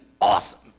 awesome